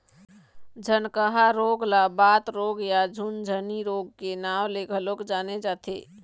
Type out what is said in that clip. झनकहा रोग ल बात रोग या झुनझनी रोग के नांव ले घलोक जाने जाथे